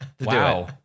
wow